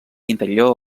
interior